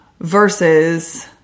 versus